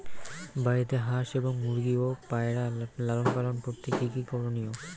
বাড়িতে হাঁস এবং মুরগি ও পায়রা লালন পালন করতে কী কী করণীয়?